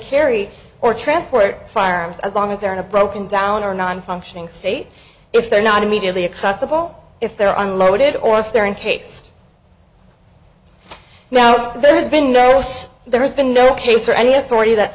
carry or transport firearms as long as they're in a broken down or non functioning state if they're not immediately accessible if they're unloaded or if they're in case now there has been there was there has been no case or any authority that